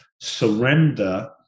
surrender